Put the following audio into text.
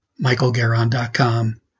michaelgaron.com